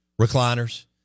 recliners